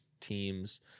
teams